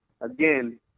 again